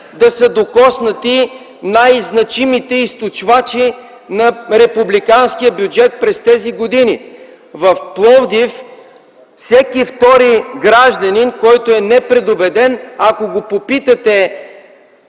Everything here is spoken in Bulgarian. да са докоснати най-значимите източвачи на републиканския бюджет през тези години. В Пловдив всеки втори гражданин, който е непредубеден, ако го попитате: